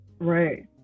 Right